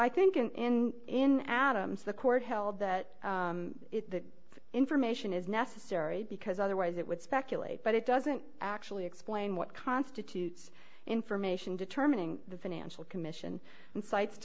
i think in in adams the court held that information is necessary because otherwise it would speculate but it doesn't actually explain what constitutes information determining the financial commission and cites to